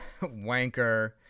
wanker